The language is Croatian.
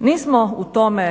Nismo u tome,